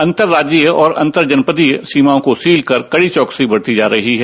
अंतर राज्यीय और अंतर्जनपदीय सीमाओं को सील कर कड़ी चौकसी बरती जा रही है